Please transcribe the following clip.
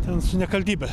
ten su nekaltybe